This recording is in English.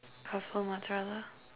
mozzarella